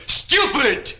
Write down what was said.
stupid